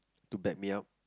to back me up